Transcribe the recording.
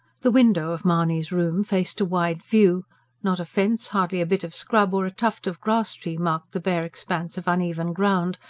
the window of mahony's room faced a wide view not a fence, hardly a bit of scrub or a tuft of grass-tree marked the bare expanse of uneven ground,